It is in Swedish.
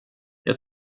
jag